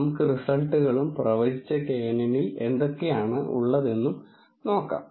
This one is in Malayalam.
നമുക്ക് റിസൾട്ടുകളും പ്രവചിച്ച knn ൽ എന്തൊക്കെയാണ് ഉള്ളതെന്നും നോക്കാം